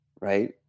right